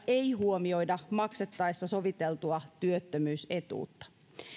ei huomioida maksettaessa soviteltua työttömyysetuutta